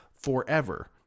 forever